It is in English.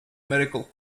medical